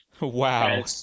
Wow